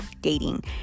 dating